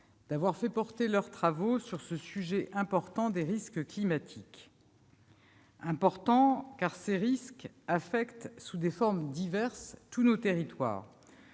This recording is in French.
d'avoir fait porter leurs travaux sur ce sujet important des risques climatiques. Il est important, car ces risques affectent, sous des formes diverses, tous nos territoires.